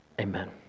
Amen